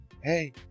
hey